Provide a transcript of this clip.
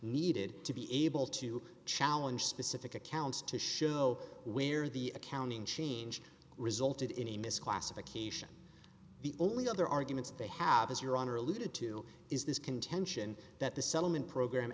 needed to be able to challenge specific accounts to show where the accounting change resulted in a misclassification the only other arguments they have as your honor alluded to is this contention that the settlement program